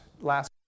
last